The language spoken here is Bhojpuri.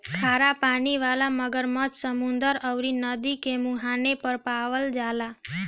खरा पानी वाला मगरमच्छ समुंदर अउरी नदी के मुहाने पे पावल जाला